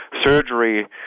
surgery